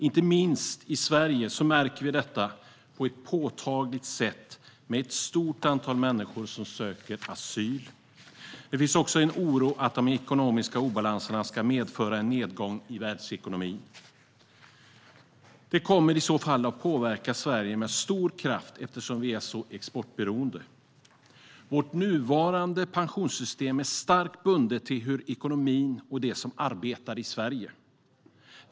Inte minst i Sverige märker vi detta på ett påtagligt sätt, med ett stort antal människor som söker asyl. Det finns också en oro att de ekonomiska obalanserna ska medföra en nedgång i världsekonomin. Detta kommer i så fall att påverka Sverige med stor kraft, eftersom vi är så exportberoende. Vårt nuvarande pensionssystem är starkt bundet till ekonomin och till dem som arbetar i Sverige.